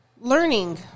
learning